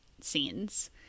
scenes